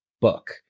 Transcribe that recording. book